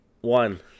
One